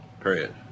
period